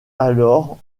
alors